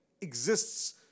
exists